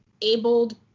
abled